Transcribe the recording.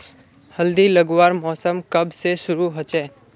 हल्दी लगवार मौसम कब से शुरू होचए?